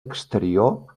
exterior